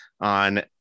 on